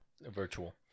virtual